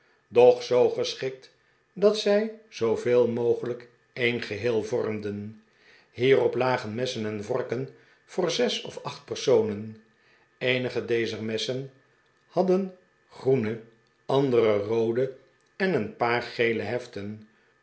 doch zoo geschikt dat zij zooveel mogelijk een geheel vormden hierop lagen messen en vorken voor zes of acht personen eeni'ge dezer messen hadden groene andere roode en een paar gele heftenj